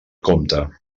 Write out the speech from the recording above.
compta